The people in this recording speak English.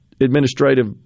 administrative